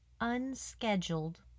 unscheduled